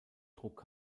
trug